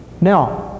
Now